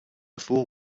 fool